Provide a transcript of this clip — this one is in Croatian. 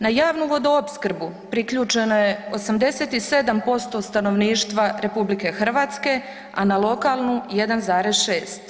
Na javnu vodoopskrbu priključeno je 97% stanovništva RH, a na lokalnu 1,6.